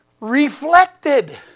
reflected